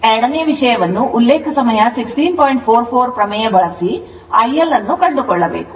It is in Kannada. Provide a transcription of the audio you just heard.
ಎರಡನೆಯ ವಿಷಯವೆಂದರೆ ಕಂಡುಕೊಳ್ಳುತ್ತದೆ ಪ್ರಮೇಯ ಬಳಸಿ IL ಅನ್ನು ಕಂಡುಕೊಳ್ಳಬೇಕು